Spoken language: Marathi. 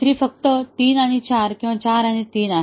आणि तिसरी फक्त 3 आणि 4 किंवा 4 आणि 3